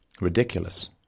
ridiculous